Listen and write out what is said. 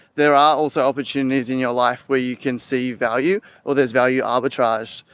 there are also opportunities in your life where you can see value or there's value arbitrage.